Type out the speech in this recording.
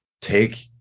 take